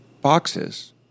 boxes